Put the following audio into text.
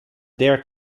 dared